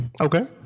Okay